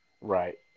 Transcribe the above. Right